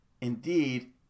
Indeed